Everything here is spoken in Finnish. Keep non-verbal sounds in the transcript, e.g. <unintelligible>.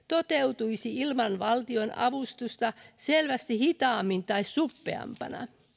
<unintelligible> toteutuisi ilman valtionavustusta selvästi hitaammin tai suppeampana valtionavustus